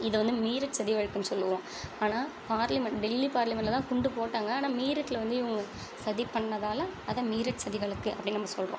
இதை வந்து மீரட் சதி வலக்குன்னு சொல்லுவோம் ஆனால் பார்லிமெண்ட் டெல்லி பார்லிமெண்ட்ல தான் குண்டு போட்டாங்கள் ஆனால் மீரட்ல வந்து இவங்க சதி பண்ணதால் அதை மீரட் சதி விலக்கு அப்படின்னு நம்ம சொல்கிறோம்